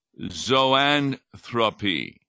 zoanthropy